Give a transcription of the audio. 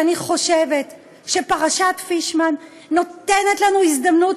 ואני חושבת שפרשת פישמן נותנת לנו הזדמנות